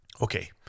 Okay